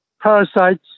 parasites